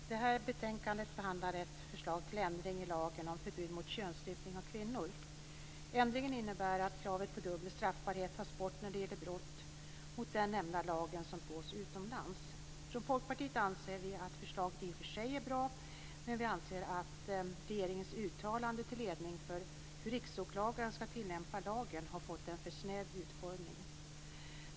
Fru talman! Det här betänkandet behandlar ett förslag till ändring i lagen om förbud mot könsstympning av kvinnor. Ändringen innebär att kravet på dubbel straffbarhet tas bort när det gäller brott mot den nämnda lagen som begås utomlands. Från Folkpartiet anser vi att förslaget i och för sig är bra, men vi anser att regeringens uttalanden till ledning för hur Riksåklagaren skall tillämpa lagen har fått en för snäv utformning.